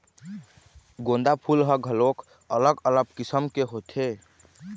गोंदा फूल ह घलोक अलग अलग किसम के होथे